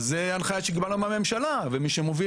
וזו כבר הנחיה שקיבלנו מהממשלה ומי שמוביל